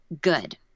good